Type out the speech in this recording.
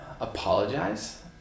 apologize